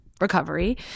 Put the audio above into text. recovery